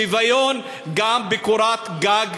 שוויון גם בקורת גג,